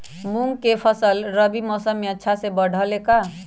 मूंग के फसल रबी मौसम में अच्छा से बढ़ ले का?